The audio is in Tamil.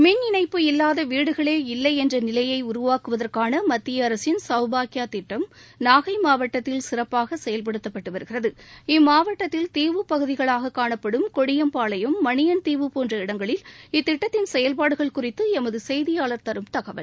மின் இணைப்பு இல்லாத வீடுகளே இல்லை என்ற நிலையை உருவாக்குவதற்கான மத்திய அரசின் சௌபாக்கியா திட்டம் நாகை மாவட்டத்தில் சிறப்பாக செயல்படுத்தப்பட்டு வருகிறது இம்மாவட்டத்தில் தீவு பகுதிகளாக காணப்படும் கொடியம்பாளையம் மணியன்தீவு போன்ற இடங்களில் இத்திட்டத்தின் செயல்பாடுகள் குறித்து எமது செய்தியாளர் தரும் தகவல்